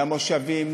למושבים,